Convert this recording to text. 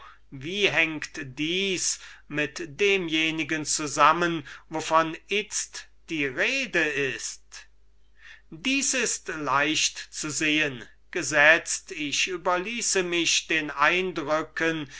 wie hängt dieses mit demjenigen zusammen wovon itzt die rede ist das ist leicht zu sehen gesetzt ich überließe mich den eindrücken